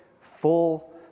full